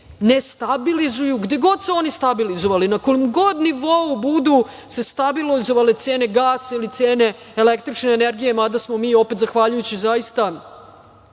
ne stabilizuju. Gde god se oni stabilizovali, na kom god nivou budu stabilizovale cene gasa ili cene električne energije, mada smo mi opet, zahvaljujući zaista